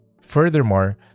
Furthermore